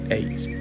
eight